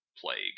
plague